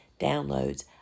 downloads